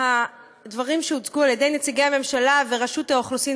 הדברים שהוצגו על-ידי נציגי הממשלה ורשות האוכלוסין